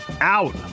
out